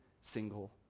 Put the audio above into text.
single